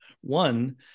one